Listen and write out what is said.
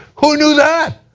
who knew that?